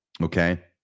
Okay